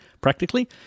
practically